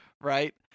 Right